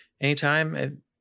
anytime